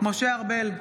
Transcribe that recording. משה ארבל,